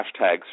hashtags